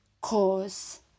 cause